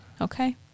Okay